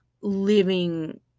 living